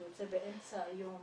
הוא יוצא באמצע היום